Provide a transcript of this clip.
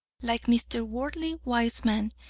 like mr. worldly-wise-man,